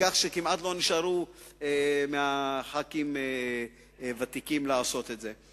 כך שכמעט לא נשארו חברי כנסת ותיקים לעשות את זה.